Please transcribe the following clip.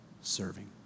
Serving